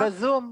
התקשורת.